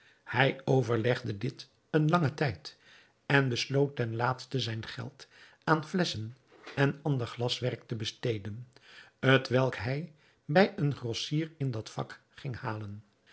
hij overlegde dit een langen tijd en besloot ten laatste zijn geld aan flesschen en ander glaswerk te besteden t welk hij bij een grossier in dat vak ging halen